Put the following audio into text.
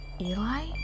Eli